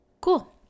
cool